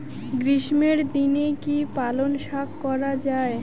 গ্রীষ্মের দিনে কি পালন শাখ করা য়ায়?